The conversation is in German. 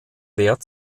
wert